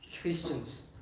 Christians